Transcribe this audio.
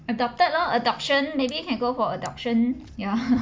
adopted loh adoption maybe you can go for adoption ya